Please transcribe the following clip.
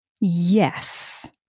Yes